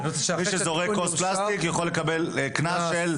מי שזורק כוס פלסטיק יכול לקבל קנס?